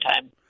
time